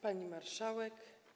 Pani Marszałek!